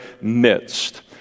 midst